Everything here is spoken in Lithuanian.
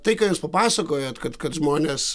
tai ką jūs papasakojot kad kad žmonės